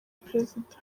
perezida